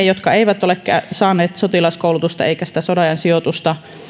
jotka eivät ole saaneet sotilaskoulutusta eivätkä sitä sodanajan sijoitusta